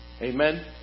Amen